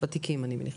וותיקים אני מניחה.